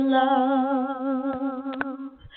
love